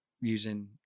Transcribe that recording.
using